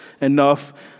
enough